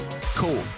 Cool